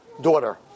daughter